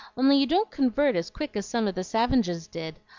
only you don't convert as quick as some of the savinges did.